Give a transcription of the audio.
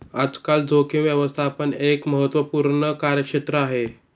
आजकाल जोखीम व्यवस्थापन एक महत्त्वपूर्ण कार्यक्षेत्र आहे